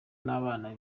n’abana